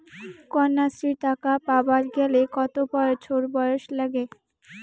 কন্যাশ্রী টাকা পাবার গেলে কতো বছর বয়স লাগে?